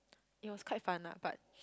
it was quite fun lah but